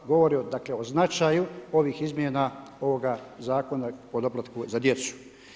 Govori dakle o značaju ovih izmjena ovoga Zakona o doplatku za djecu.